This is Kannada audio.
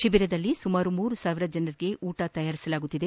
ಶಿಬಿರದಲ್ಲಿ ಸುಮಾರು ಮೂರು ಸಾವಿರ ಜನಕ್ಕೆ ಊಟ ತಯಾರಿಸಲಾಗುತ್ತಿದೆ